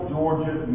Georgia